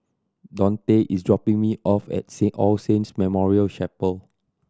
Dontae is dropping me off at All Saints Memorial Chapel